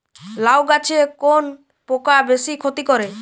লাউ গাছে কোন পোকা বেশি ক্ষতি করে?